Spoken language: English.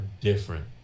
different